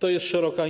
To jest szeroka